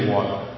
Water